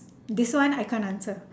this one I can't answer